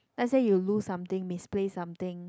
let's say you lose something misplace something